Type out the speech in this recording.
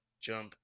jump